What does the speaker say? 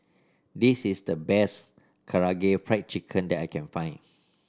this is the best Karaage Fried Chicken that I can find